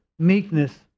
meekness